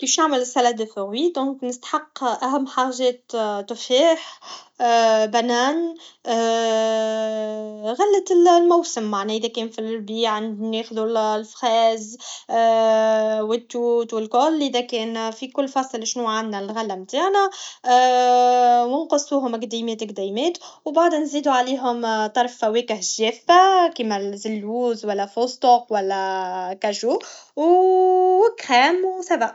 كفاش نعمل سلادفروي دونك نستحق اهم حاجات تفاخ بنان غلة الموسم معناه اذا كان فالربيع ناخذو لفخاز و التوت و الكل اذا كان في كل فصل شنوعندنا الغله نتاعنا و نقصوهم قديمات قديمات و بعد نزيدو عليهم طرف فواكه جافه كما اللوز و لا فستق ولا كاجو و كخام و سافا